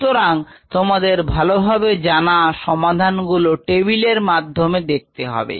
সুতরাং তোমাদের ভালোভাবে জানা সমাধানগুলো টেবিল এর মাধ্যমে দেখতে হবে